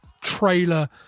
trailer